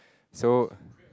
so